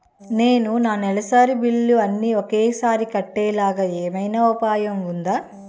నేను నా నెలసరి బిల్లులు అన్ని ఒకేసారి కట్టేలాగా ఏమైనా ఉపాయం ఉందా?